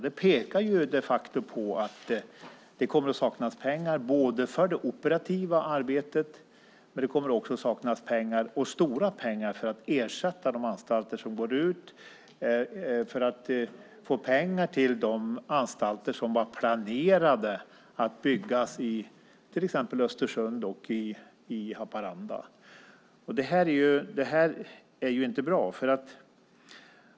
Det pekar de facto på att det kommer att saknas både pengar för det operativa arbetet och stora pengar för att ersätta de anstalter som läggs ned, för att få pengar till de anstalter som var planerade att byggas i till exempel Östersund och Haparanda. Det här är inte bra.